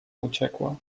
uciekła